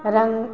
रङ्ग